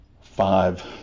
five